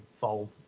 fold